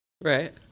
right